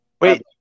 Wait